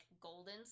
golden